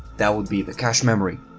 that would be the cache memory.